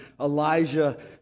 Elijah